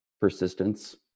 persistence